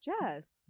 jazz